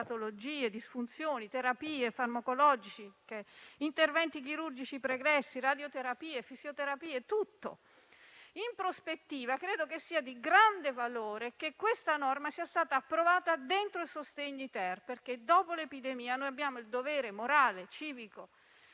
patologie, disfunzioni, terapie farmacologiche, interventi chirurgici pregressi, radioterapie, fisioterapie, tutto. In prospettiva credo che sia di grande valore il fatto che questa norma sia stata approvata all'interno del terzo decreto-legge sostegni, perché dopo l'epidemia abbiamo il dovere morale, civico